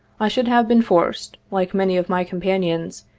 i should have been forced, like many of my companions,